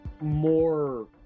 more